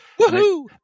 Woohoo